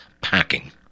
packing